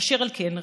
אשר על כן,